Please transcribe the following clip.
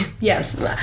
Yes